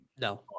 No